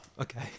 Okay